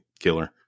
Killer